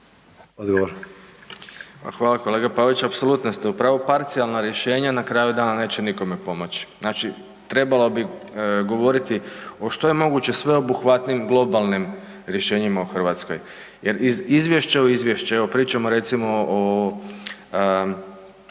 (SDP)** Hvala kolega Pavić. Apsolutno ste u pravu, parcijalna rješenja na kraju dana neće nikome pomoći, znači trebalo bi govoriti o što je moguće sveobuhvatnijim globalnim rješenjima u Hrvatskoj jer iz izvješća u izvješće, evo pričamo recimo o